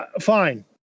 fine